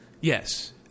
Yes